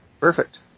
Perfect